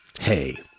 Hey